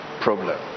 problem